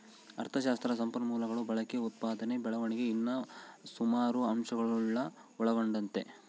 ಅಥಶಾಸ್ತ್ರ ಸಂಪನ್ಮೂಲಗುಳ ಬಳಕೆ, ಉತ್ಪಾದನೆ ಬೆಳವಣಿಗೆ ಇನ್ನ ಸುಮಾರು ಅಂಶಗುಳ್ನ ಒಳಗೊಂಡತೆ